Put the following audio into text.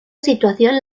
situación